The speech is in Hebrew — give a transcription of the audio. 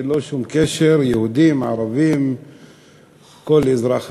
ללא שום קשר ליהודים, ערבים וכל אזרח אחר.